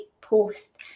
post